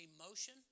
emotion